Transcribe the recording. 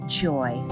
joy